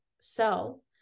sell